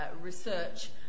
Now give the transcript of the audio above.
research